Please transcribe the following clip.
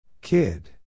Kid